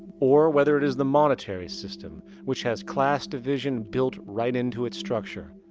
or whether it is the monetary system, which has class division built right into its structure.